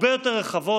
הרבה יותר רחבות,